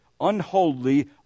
unholy